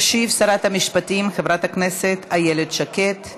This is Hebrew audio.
תשיב שרת המשפטים חברת הכנסת איילת שקד.